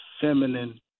feminine